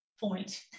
point